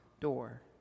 door